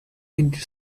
into